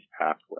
pathway